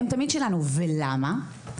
הם תמיד שלנו, ולמה?